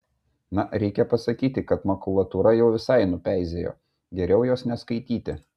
na reikia pasakyti kad makulatūra jau visai nupeizėjo geriau jos neskaityti